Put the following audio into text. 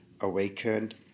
awakened